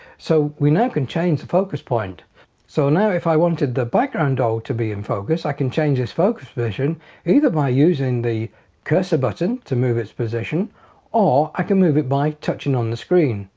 so we now can change the focus point so now if i wanted the background doll to be in focus i can change this focus position either by using the cursor button to move its position or i can move it by touching on the screen.